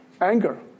Anger